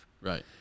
Right